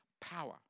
power